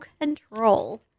control